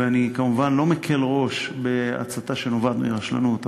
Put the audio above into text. ואני כמובן לא מקל ראש בהצתה שנובעת מרשלנות,